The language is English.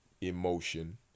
emotion